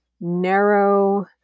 narrow